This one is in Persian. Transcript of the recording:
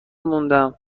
موندم